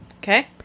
okay